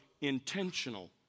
intentional